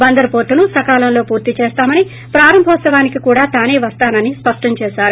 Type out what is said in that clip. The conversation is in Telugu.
బందరు వోర్టును సకాలంలో పూర్తి చేస్తామని ప్రారంభోత్సవానికి కూడా తానే వస్తానని స్పష్టంచేశారు